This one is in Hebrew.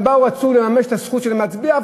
והם באו ורצו לממש את הזכות שלהם להצביע,